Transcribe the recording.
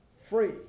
free